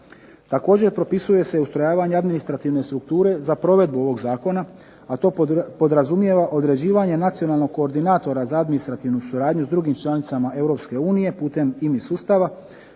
Također propisuje se ustrojavanje administrativne strukture za provedbu ovog zakona, a to podrazumijeva određivanje nacionalnog koordinatora za administrativnu suradnju s drugim članicama Europske unije putem